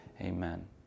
Amen